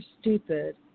stupid